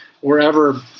wherever